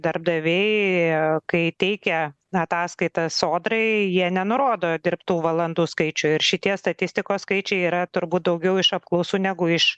darbdaviai kai teikia ataskaitas sodrai jie nenurodo dirbtų valandų skaičių ir šitie statistikos skaičiai yra turbūt daugiau iš apklausų negu iš